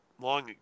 long